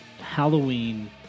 Halloween